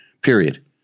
Period